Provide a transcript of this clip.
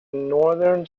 northern